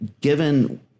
given